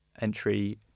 entry